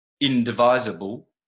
indivisible